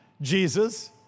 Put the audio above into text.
Jesus